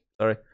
sorry